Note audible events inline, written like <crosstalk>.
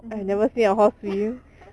mmhmm <laughs>